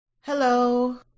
Hello